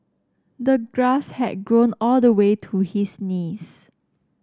the grass had grown all the way to his knees